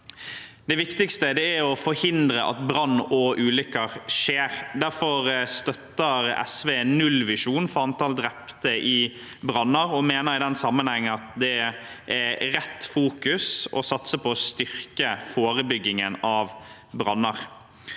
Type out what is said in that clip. Det viktigste er å forhindre at brann og ulykker skjer. Derfor støtter SV nullvisjonen for antall drepte i branner og mener i den sammenheng at det er rett fokus å satse på å styrke forebyggingen av branner.